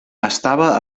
estava